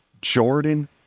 Jordan